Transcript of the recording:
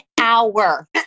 hour